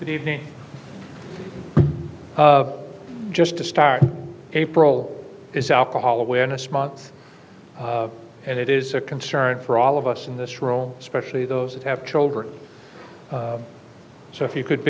good evening just to start april is alcohol awareness month and it is a concern for all of us in this role especially those that have children so if you could